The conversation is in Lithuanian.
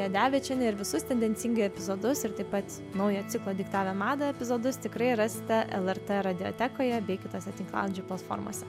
jadevičienė ir visus tendencingai epizodus ir taip pat naują ciklą diktavę madą epizodus tikrai rasite lrt radiotekoje bei kitose tinklalaidžių platformose